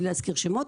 בלי להזכיר שמות.